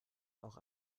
auch